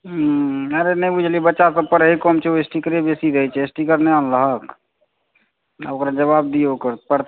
हॅं स्टीकर सब जे आबै छै ओहो सब दए देबै